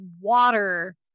water